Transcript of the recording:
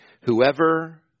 Whoever